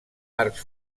arcs